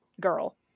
girl